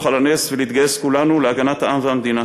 על הנס ולהתגייס כולנו להגנת העם והמדינה.